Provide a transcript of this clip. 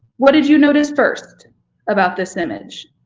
what did you notice first about this image?